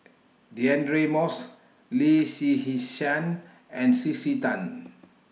Deirdre Moss Lee and C C Tan